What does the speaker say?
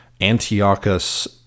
Antiochus